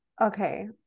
Okay